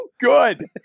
good